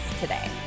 today